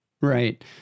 Right